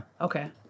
Okay